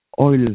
oil